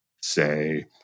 say